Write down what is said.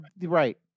right